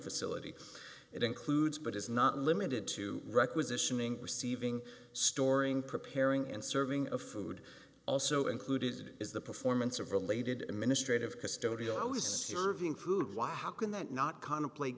facility it includes but is not limited to requisitioning receiving storing preparing and serving of food also included is the performance of related administrative custodial always serving food wow how can that not con